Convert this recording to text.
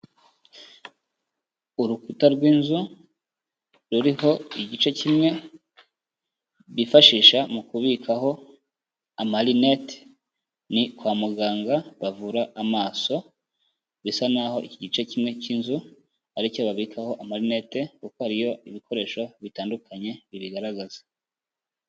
Urukuta rw'inzu, ruriho igice kimwe bifashisha mu kubikaho amarinete, ni kwa muganga bavura amaso, bisa n'aho iki gice kimwe cy'inzu, ari cyo babikaho amarinete kuko hariyo ibikoresho bitandukanye bibigaragaza.